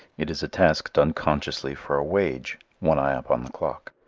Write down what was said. it is a task done consciously for a wage, one eye upon the clock.